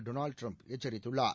Donald Trump எச்சரித்துள்ளார்